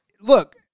look